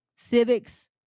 Civics